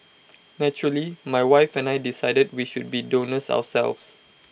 naturally my wife and I decided we should be donors ourselves